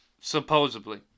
Supposedly